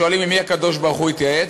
שואלים: עם מי הקדוש-ברוך-הוא התייעץ?